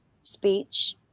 speech